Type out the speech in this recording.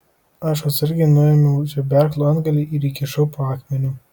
aš atsargiai nuėmiau žeberklo antgalį ir įkišau po akmeniu